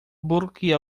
bloquear